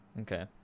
okay